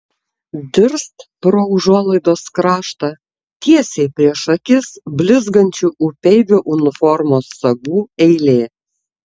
dirst pro užuolaidos kraštą tiesiai prieš akis blizgančių upeivio uniformos sagų eilė